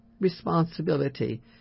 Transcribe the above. responsibility